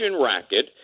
racket